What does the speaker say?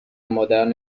مادران